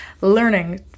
learning